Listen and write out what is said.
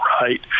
right